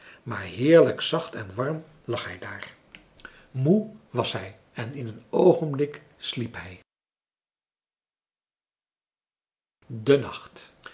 maar heerlijk zacht en warm lag hij daar moe was hij en in een oogenblik sliep hij de nacht